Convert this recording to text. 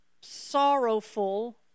sorrowful